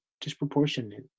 disproportionate